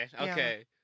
Okay